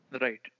Right